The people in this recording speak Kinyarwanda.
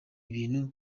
ibintu